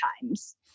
times